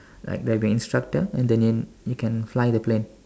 like there'll be an instructor and then you can fly the plane